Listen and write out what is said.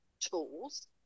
tools